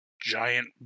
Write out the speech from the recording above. giant